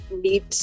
need